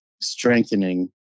strengthening